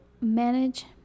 manage